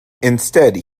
instead